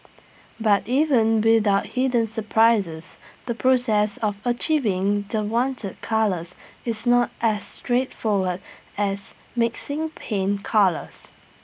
but even without hidden surprises the process of achieving the wanted colours is not as straightforward as mixing paint colours